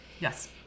yes